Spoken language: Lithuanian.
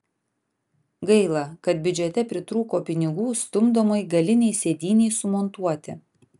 gaila kad biudžete pritrūko pinigų stumdomai galinei sėdynei sumontuoti